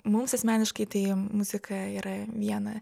mums asmeniškai tai muzika yra viena